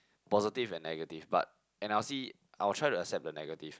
positive and negative but and I'll see I'll try to accept the negative